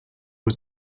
was